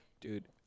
dude